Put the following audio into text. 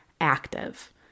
active